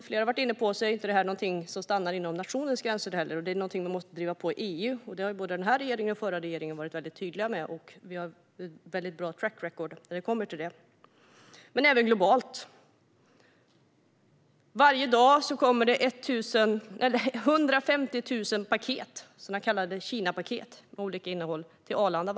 Flera har varit inne på att dessa frågor inte stannar inom nationens gränser utan att vi måste driva dem i EU, och det har både den här regeringen och den förra regeringen varit tydliga med. Sverige har ett bra track record i dessa frågor. Detta gäller även globalt. Varje dag kommer 150 000 paket, så kallade Kinapaket, med olika innehåll till Arlanda.